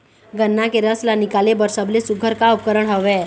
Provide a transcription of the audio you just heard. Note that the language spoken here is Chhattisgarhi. गन्ना के रस ला निकाले बर सबले सुघ्घर का उपकरण हवए?